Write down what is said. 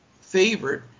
favorite